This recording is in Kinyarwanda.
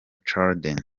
children